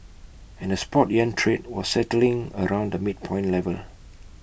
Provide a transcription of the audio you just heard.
and the spot yuan trade was settling around the midpoint level